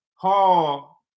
Paul